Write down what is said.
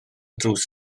drws